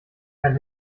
kein